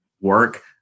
work